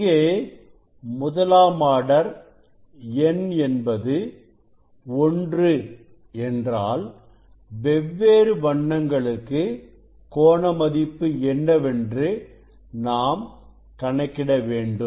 இங்கே முதலாம் order n என்பது 1 என்றாள் வெவ்வேறு வண்ணங்களுக்கு கோண மதிப்பு என்னவென்று நாம் கணக்கிட வேண்டும்